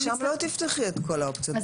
שם את לא תפתחי את כול האופציות,